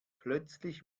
plötzlich